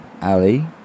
Ali